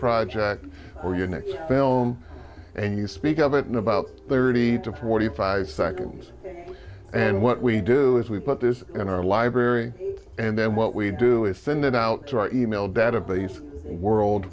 project or your next film and you speak of it in about thirty to forty five seconds and what we do is we put this in our library and then what we do is send it out to our e mail database